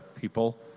people